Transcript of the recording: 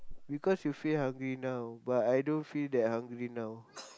because you feel hungry now but I don't feel that hungry now